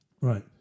right